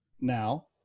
now